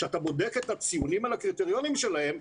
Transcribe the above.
כשאתה בודק את הציונים על הקריטריונים שלהם,